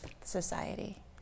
society